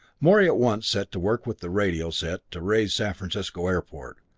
morey at once set to work with the radio set to raise san francisco airport.